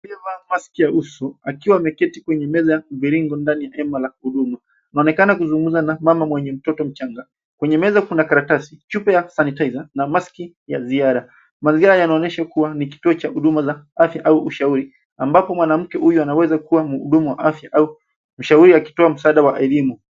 Aliyevaa maski ya uso akiwa ameketi kwenye meza ya mviringo ndani ya hema ya hudumu. Anaonekana kuzungumza na mama mwenye mtoto mchanga. Kwenye meza kuna karatasi, chupa ya sanitiser na maski ya ziara. Mazingira yanaonyesha kuwa ni kituo cha huduma za afya au ushauri ambapo mwanamke huyu anaweza kuwa mhudumu wa afya au mshauri akitoa msaada wa elimu.